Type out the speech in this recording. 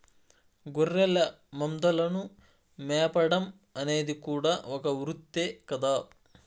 గొర్రెల మందలను మేపడం అనేది కూడా ఒక వృత్తే కదా